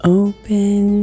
open